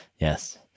Yes